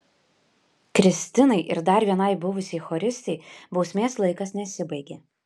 kristinai ir dar vienai buvusiai choristei bausmės laikas nesibaigė